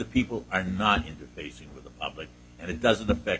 people are not facing the public and it doesn't affect